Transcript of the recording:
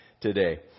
today